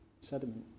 sediment